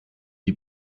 die